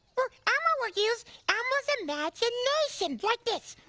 well elmo will use elmo's imagination, like this.